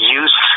use